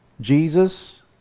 Jesus